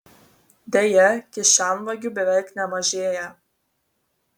deja kišenvagių beveik nemažėja